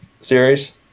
series